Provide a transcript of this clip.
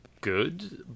good